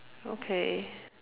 okay